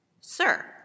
Sir